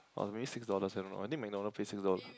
or maybe six dollars I don't know I think MacDonald's pays six dollar